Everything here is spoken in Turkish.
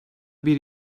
bir